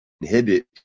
inhibit